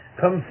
come